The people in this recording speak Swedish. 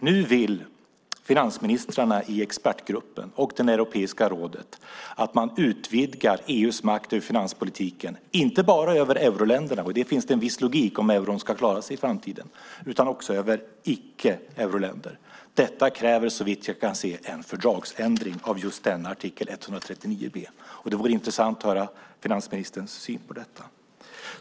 Nu vill finansministrarna i expertgruppen och Europeiska rådet att man utvidgar EU:s makt över finanspolitiken, inte bara över euroländerna - med detta finns det en viss logik om euron ska kunna klara sig i framtiden - utan också över icke-euroländer. Detta kräver såvitt jag kan se en fördragsändring av just artikel 139b, och det vore intressant att höra finansministerns syn på detta.